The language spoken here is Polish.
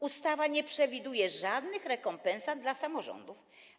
Ustawa nie przewiduje żadnych rekompensat dla samorządów.